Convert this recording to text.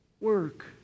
work